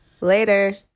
Later